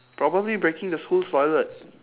probably breaking the school toilet